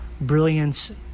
brilliance